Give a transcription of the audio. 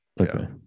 Okay